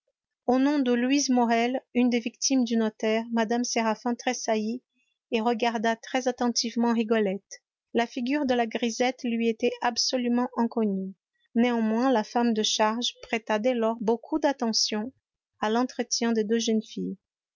au nom de louise morel une des victimes du notaire mme séraphin tressaillit et regarda très attentivement rigolette la figure de la grisette lui était absolument inconnue néanmoins la femme de charge prêta dès lors beaucoup d'attention à l'entretien des deux jeunes filles